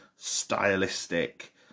stylistic